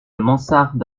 mansarde